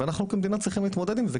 ואנחנו כמדינה צריכים להתמודד עם זה.